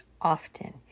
often